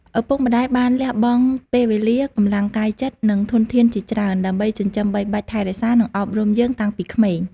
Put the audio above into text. ឪពុកម្ដាយបានលះបង់ពេលវេលា កម្លាំងកាយចិត្ត និងធនធានជាច្រើន ដើម្បីចិញ្ចឹមបីបាច់ថែរក្សា និងអប់រំយើងតាំងពីក្មេង។